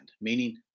Meaning